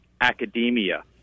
Academia